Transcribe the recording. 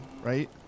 right